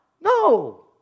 No